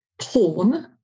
porn